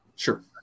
sure